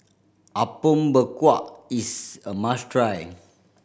Apom Berkuah is a must try